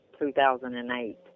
2008